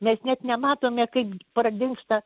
mes net nematome kaip pradingsta